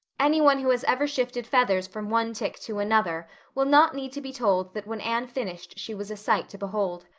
any one who has ever shifted feathers from one tick to another will not need to be told that when anne finished she was a sight to behold.